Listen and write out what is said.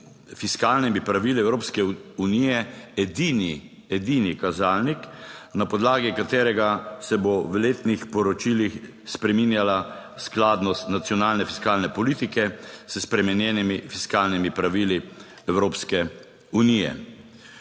fiskalnimi pravili Evropske unije edini, edini kazalnik na podlagi katerega se bo v letnih poročilih spreminjala skladnost nacionalne fiskalne politike, s spremenjenimi fiskalnimi pravili Evropske unije.